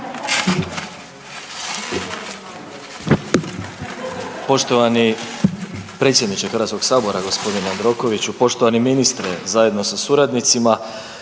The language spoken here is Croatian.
Poštovani predsjedniče HS g. Jandrokoviću, poštovani ministre zajedno sa suradnicima.